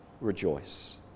rejoice